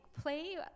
play